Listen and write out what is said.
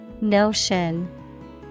Notion